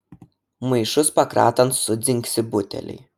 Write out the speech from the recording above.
maišus pakratant sudzingsi buteliai